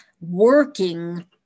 working